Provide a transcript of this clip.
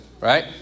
right